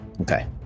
Okay